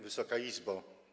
Wysoka Izbo!